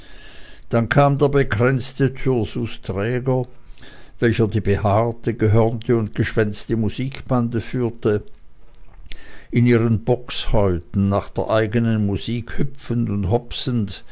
dann kam der bekränzte thyrsusträger welcher die behaarte gehörnte und geschwänzte musikbande führte in ihren bockshäuten nach der eigenen musik hüpfend und hopsend